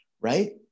Right